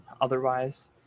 otherwise